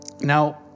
Now